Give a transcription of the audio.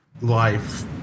life